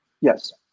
Yes